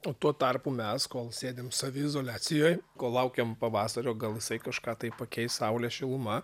o tuo tarpu mes kol sėdim saviizoliacijoj kol laukiam pavasario gal jisai kažką tai pakeis saulė šiluma